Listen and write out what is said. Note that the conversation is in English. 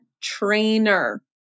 trainer